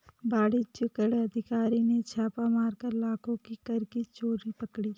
वाणिज्य कर अधिकारी ने छापा मारकर लाखों की कर की चोरी पकड़ी